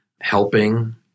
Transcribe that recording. Helping